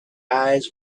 eyes